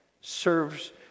Serves